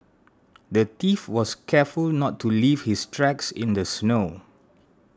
the thief was careful not to leave his tracks in the snow